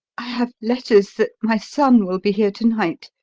i have letters that my son will be here to-night.